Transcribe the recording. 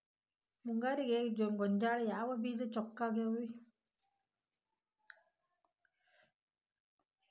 ಮುಂಗಾರಿಗೆ ಗೋಂಜಾಳ ಯಾವ ಬೇಜ ಚೊಕ್ಕವಾಗಿವೆ?